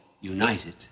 united